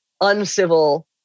uncivil